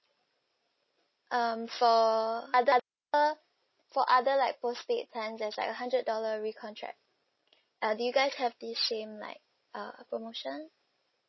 um for other for other like postpaid plan there's like a hundred dollar recontract uh do you guys have this same like uh promotion